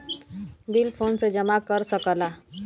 bill फोने से जमा कर सकला